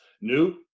new